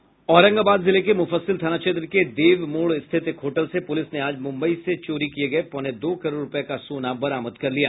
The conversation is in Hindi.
औरंगाबाद जिले के मुफस्सिल थाना क्षेत्र के देव मोड़ स्थित एक होटल से पुलिस ने आज मुंबई से चोरी पौने दो करोड़ रुपये का सोना बरामद कर लिया